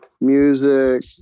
music